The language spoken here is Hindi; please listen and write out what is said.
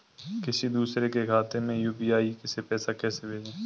किसी दूसरे के खाते में यू.पी.आई से पैसा कैसे भेजें?